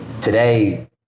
today